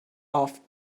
off